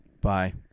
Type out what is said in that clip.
Bye